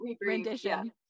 rendition